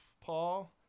Paul